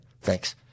Thanks